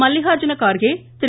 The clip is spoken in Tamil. மல்லிகார்ஜுன கார்கே திரு